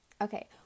Okay